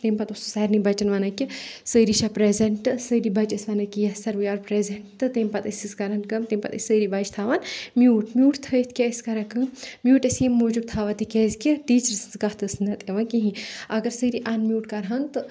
تمہِ پَتہٕ اوس سُہ سارنٕے بَچن وَنان کہِ سٲری چھا پریٚزَنٹ سٲری بچہِ ٲسۍ وَنان کہِ yes sir we are present تہٕ تمہِ پَتہٕ ٲسۍ أسۍ کَران کٲم تمہِ پَتہٕ ٲسۍ سٲری بَچہِ تھاوان میوٗٹ میوٗٹ تھٲیِتھ کیاہ ٲسۍ کَران کٲم میوٗٹ ٲسۍ ییٚمہِ موٗجوٗب تھاوان کہِ ٹیٖچرٕ سٕنٛز کتھ ٲس نہٕ یِوان کہیٖنۍ اَگر سٲری اَن میوٗٹ کرہٕن تہٕ